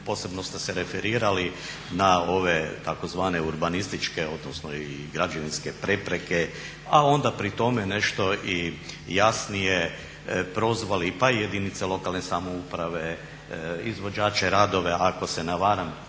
posebno ste se referirali na tzv. urbanističke i građevinske prepreke, a onda pri tome nešto i jasnije prozvali pa i jedinice lokalne samouprave, izvođače radova ako se ne varam